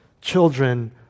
Children